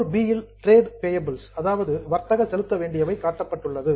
4 இல் trade payables வர்த்தக செலுத்த வேண்டியவை காட்டப்பட்டுள்ளது